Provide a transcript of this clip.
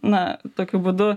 na tokiu būdu